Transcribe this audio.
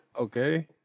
Okay